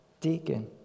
deacon